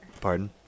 Pardon